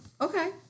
Okay